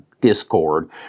Discord